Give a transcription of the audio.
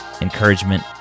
encouragement